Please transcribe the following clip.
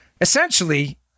Essentially